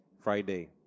Friday